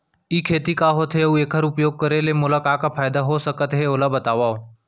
ई खेती का होथे, अऊ एखर उपयोग करे ले मोला का का फायदा हो सकत हे ओला बतावव?